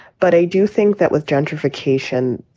but i do think that with gentrification,